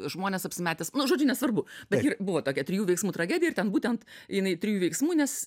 žmonės apsimetęs nu žodžiu nesvarbu bet ji ir buvo tokia trijų veiksmų tragedija ir ten būtent jinai trijų veiksmų nes